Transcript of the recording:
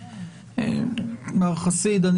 מר חסיד,